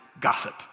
gossip